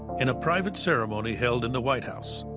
in a private ceremony held in the white house.